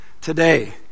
today